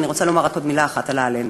אני רוצה לומר רק עוד מילה אחת על אלן.